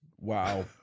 wow